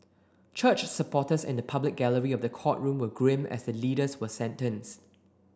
church supporters in the public gallery of the courtroom were grim as the leaders were sentenced